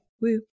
Woo